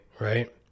right